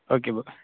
okay बरें